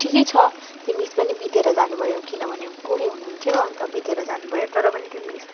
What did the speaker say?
ठिकै छ त्यो मिस पनि बितेर जानुभयो किनभने बुढी हुनुहुन्थ्यो अन्त बितेर जानुभयो तर पनि त्यो मिस